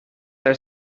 are